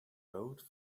rode